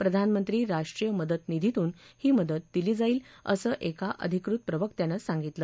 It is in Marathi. प्रधानमंत्री राष्ट्रीय मदत निधीतून ही मदत दिली जाईल असं एका अधिकृत प्रवक्त्यानं सांगितलं